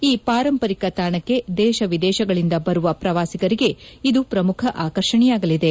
ಈ ಪಾರಂಪರಿಕ ತಾಣಕ್ಕೆ ದೇಶ ವಿದೇಶಿಗಳಿಂದ ಬರುವ ಪ್ರವಾಸಿಗರಿಗೆ ಇದು ಪ್ರಮುಖ ಆಕರ್ಷಣೆಯಾಗಲಿದೆ